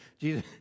Jesus